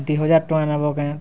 ଦୁଇ ହଜାର୍ ଟଙ୍କା ନେବ କେଁ